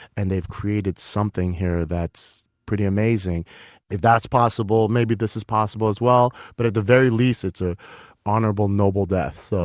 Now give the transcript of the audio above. and they've created something here that's pretty amazing if that's possible. maybe this is possible as well, but at the very least it's an ah honorable noble death. so